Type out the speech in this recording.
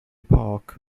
park